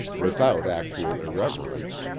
without actual irreverence,